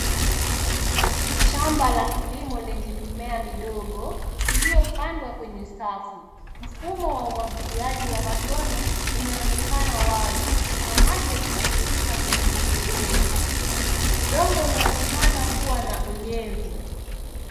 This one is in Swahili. Shamba la kilimo lenye mimea midogo iliopandwa kwenye safu. Mfumo wa umwagiliaji wa matone umeonekana wazi na maji yakitiririka kwenye mifereji. Udongo uneonekana kuwa na unyevu.